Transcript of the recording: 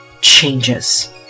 changes